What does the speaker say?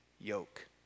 yoke